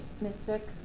Mystic